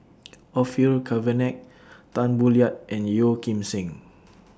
Orfeur Cavenagh Tan Boo Liat and Yeo Kim Seng